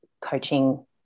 coaching